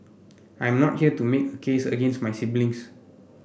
I am not here to make a case against my siblings